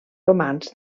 romans